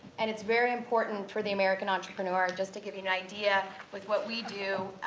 and, it's very important for the american entrepreneur, just to give you an idea with what we do.